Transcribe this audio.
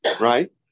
right